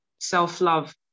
Self-Love